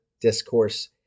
discourse